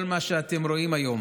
כל מה שאתם רואים היום,